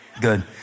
Good